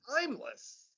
timeless